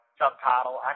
subtitle